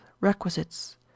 requisites